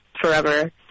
forever